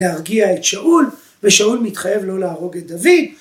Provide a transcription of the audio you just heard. ‫להרגיע את שאול, ‫ושאול מתחייב לא להרוג את דוד.